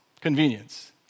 Convenience